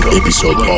episode